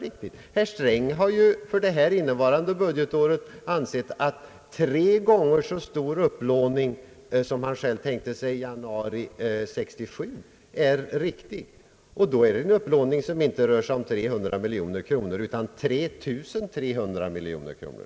Herr Sträng har ju för innevarande budgetår ansett en tre gånger så stor upplåning som han själv tänkte sig i januari 1967 riktig, och då är det fråga om en upplåning som inte rör sig om 300 miljoner kronor utan om 3 300 miljoner kronor.